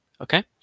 Okay